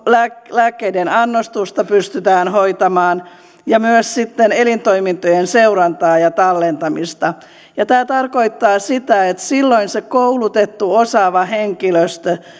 lääkkeiden annostusta pystytään hoitamaan ja myös elintoimintojen seurantaa ja tallentamista tämä tarkoittaa sitä että silloin se koulutettu osaava henkilöstö